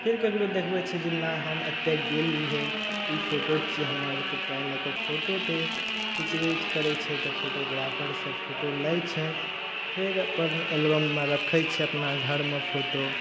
फेर ककरो देखबय छै जे नहि हम एतय गेल रहियै ई फोटो छियै हमर तऽ तए लए कऽ फोटो तए खीचबे करय छै तऽ फोटोग्राफरसब फोटो लै छै फेर अपन एलबममे रखय छै अपना घरमे फोटो